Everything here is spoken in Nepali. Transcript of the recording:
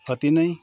अति नै